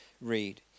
read